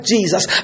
Jesus